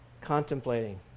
contemplating